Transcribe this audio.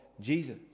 Jesus